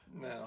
No